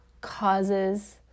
causes